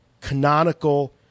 canonical